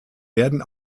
werden